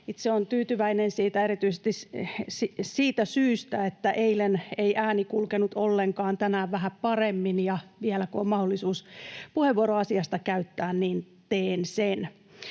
itse olen tyytyväinen erityisesti siitä syystä, että eilen ei ääni kulkenut ollenkaan, mutta tänään vähän paremmin. Vielä kun on mahdollisuus puheenvuoro asiasta käyttää, niin teen sen.